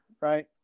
right